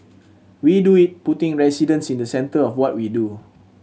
we do it putting residents in the centre of what we do